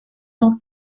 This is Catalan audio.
del